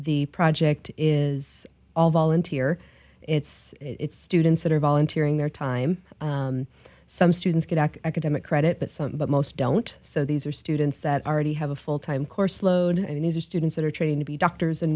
the project is all volunteer it's it's students that are volunteering their time some students get academic credit but some but most don't so these are students that are already have a full time course load and these are students that are trained to be doctors and